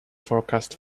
forecast